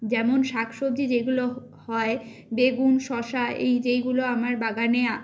যেমন শাক সবজি যেগুলো হয় বেগুন শসা এই যেইগুলো আমার বাগানে